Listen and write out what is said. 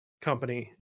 company